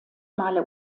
male